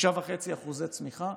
6.5% צמיחה.